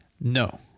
No